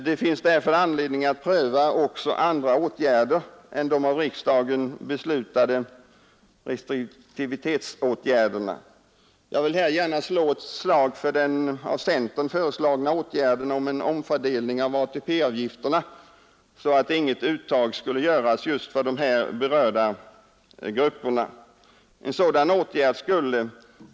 Det finns därför anledning att pröva också andra åtgärder än de av riksdagen beslutade restriktionerna. Jag vill gärna slå ett slag för den av centern föreslagna åtgärden med en omfördelning av ATP-avgifterna, så att inga uttag görs för de här berörda grupperna.